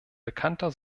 bekannter